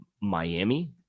Miami